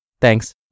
Thanks